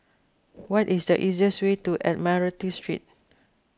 what is the easiest way to Admiralty Street